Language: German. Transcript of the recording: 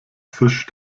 fisch